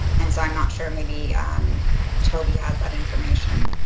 and so i'm not sure maybe ah um toby has that information.